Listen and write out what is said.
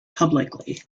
publicly